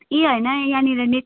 ए होइन यहाँनिर नेट